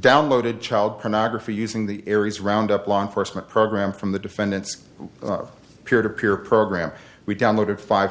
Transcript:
downloaded child pornography using the aires round up law enforcement program from the defendant's peer to peer program we downloaded five